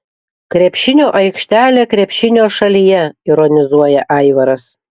krepšinio aikštelė krepšinio šalyje ironizuoja aivaras